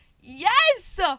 yes